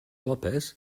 lópez